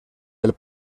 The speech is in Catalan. del